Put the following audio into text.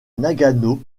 nagano